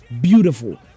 Beautiful